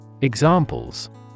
Examples